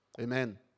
Amen